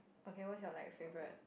okay what's your like favourite